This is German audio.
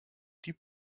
die